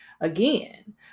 Again